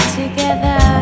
together